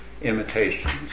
imitations